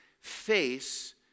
face